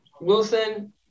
Wilson